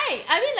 I mean like